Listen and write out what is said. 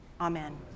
amen